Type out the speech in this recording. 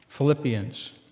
Philippians